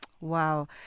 Wow